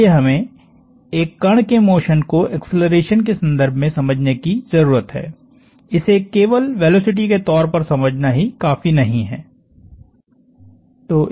इसलिए हमें एक कण के मोशन को एक्सेलरेशन के संदर्भ में समझने की जरूरत है इसे केवल वेलोसिटी के तौर पर समझना ही काफी नहीं है